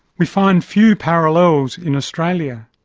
we find few parallels in australia.